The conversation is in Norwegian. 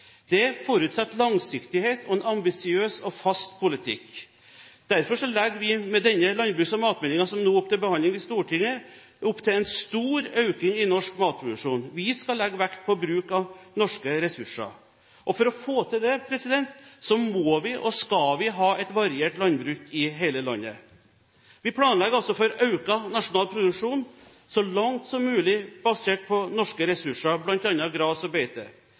forutsetter langsiktighet og en ambisiøs og fast politikk. Derfor legger vi med denne landbruks- og matmeldingen, som nå er til behandling i Stortinget, opp til en stor økning i norsk matproduksjon. Vi skal legge vekt på bruk av norske ressurser. For å få det til må vi – og skal vi – ha et variert landbruk over hele landet. Vi planlegger for økt nasjonal produksjon, så langt som mulig basert på norske ressurser, bl.a. gras og beite.